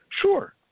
Sure